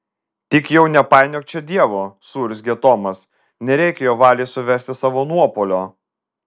tik jau nepainiok čia dievo suurzgė tomas nereikia jo valiai suversti savo nuopuolio